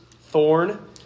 thorn